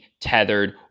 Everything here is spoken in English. tethered